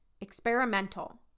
Experimental